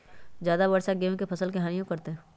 ज्यादा वर्षा गेंहू के फसल के हानियों करतै?